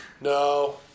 No